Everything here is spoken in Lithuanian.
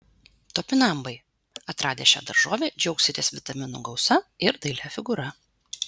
topinambai atradę šią daržovę džiaugsitės vitaminų gausa ir dailia figūra